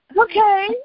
okay